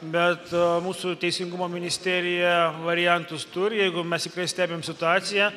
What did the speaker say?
bet mūsų teisingumo ministerija variantus turi jeigu mes tikrai stebim situaciją